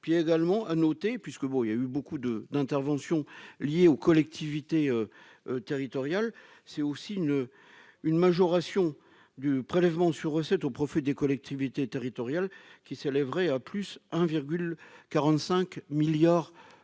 puis également à noter, puisque bon, il y a eu beaucoup de d'interventions liées aux collectivités territoriales c'est aussi une une majoration du prélèvement sur recettes au profit des collectivités territoriales qui s'élèverait à plus 1 virgule 45 milliards